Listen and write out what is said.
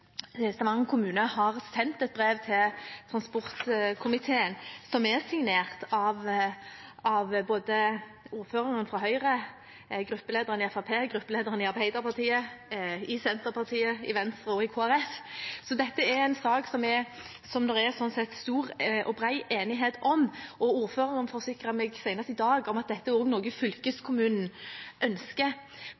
Stavanger kommune har sendt et brev til transportkomiteen, som er signert av både ordføreren fra Høyre, gruppelederen i Fremskrittspartiet, gruppelederen i Arbeiderpartiet og gruppelederne i henholdsvis Senterpartiet, Venstre og Kristelig Folkeparti. Så dette er en sak som det er, sånn sett, stor og bred enighet om, og ordføreren forsikret meg senest i dag om at dette også er noe